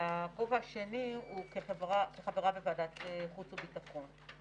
הכובע השני הוא כחברה בוועדת החוץ והביטחון.